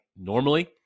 normally